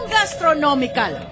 Gastronomical